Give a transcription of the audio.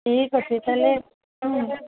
ଠିକ ଅଛି ତା'ହେଲେ